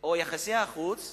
או של יחסי החוץ